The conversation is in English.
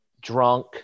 drunk